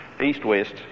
east-west